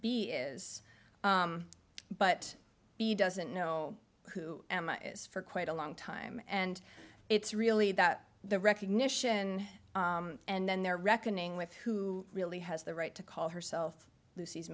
is but she doesn't know who emma is for quite a long time and it's really that the recognition and then they're reckoning with who really has the right to call herself lucy